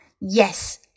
Yes